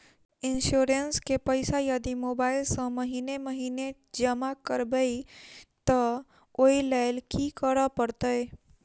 Insurance केँ पैसा यदि मोबाइल सँ महीने महीने जमा करबैई तऽ ओई लैल की करऽ परतै?